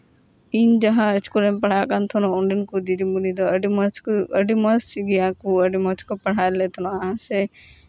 ᱤᱧ ᱡᱟᱦᱟᱸ ᱤᱥᱠᱩᱞ ᱨᱮ ᱯᱟᱲᱦᱟᱜ ᱠᱟᱱ ᱛᱟᱦᱮᱱᱟ ᱚᱸᱰᱮᱱ ᱠᱚ ᱫᱤᱫᱤᱢᱚᱱᱤ ᱫᱚ ᱟᱹᱰᱤ ᱢᱚᱡᱽ ᱠᱚ ᱟᱹᱰᱤ ᱢᱚᱡᱽ ᱜᱮᱭᱟ ᱠᱚ ᱟᱹᱰᱤ ᱢᱚᱡᱽ ᱠᱚ ᱯᱟᱲᱦᱟᱣ ᱞᱮᱫ ᱛᱟᱦᱮᱱᱚᱜᱼᱟ ᱥᱮ